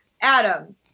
Adam